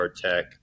tech